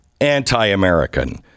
anti-American